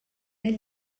nel